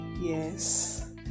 Yes